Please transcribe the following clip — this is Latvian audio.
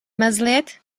mazliet